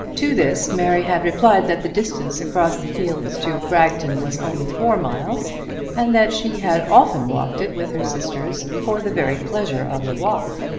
to this mary had replied that the distance across the fields to bragton was only four miles and that she had often walked it with her sisters for the very pleasure of the walk.